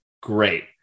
great